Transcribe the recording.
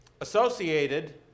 associated